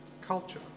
culture